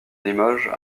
limoges